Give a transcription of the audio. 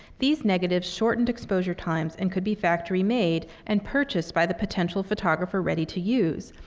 these negatives shortened exposure times and could be factory made and purchased by the potential photographer ready to use,